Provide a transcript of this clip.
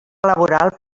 laboral